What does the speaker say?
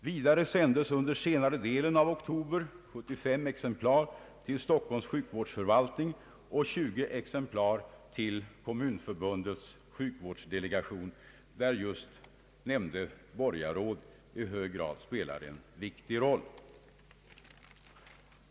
Vidare sändes under senare delen av oktober 75 exemplar till Stockholms sjukvårdsförvaltning och 20 exemplar till Kommunförbundets sjukvårdsdelegation, där just nämnda borgarråd i hög grad spelar en viktig roll.